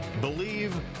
believe